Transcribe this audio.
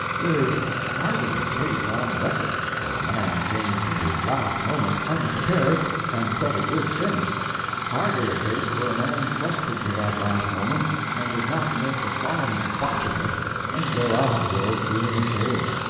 there is hardly a case on record where a man came to his last moment unprepared and said a good thing hardly a case where a man trusted to that last moment and did not make a solemn botch of it and go out of the world feeling absurd.